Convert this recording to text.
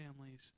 families